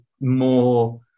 more